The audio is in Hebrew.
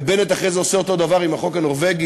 ובנט אחרי זה עושה אותו דבר עם החוק הנורבגי.